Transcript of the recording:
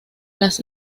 las